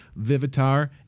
Vivitar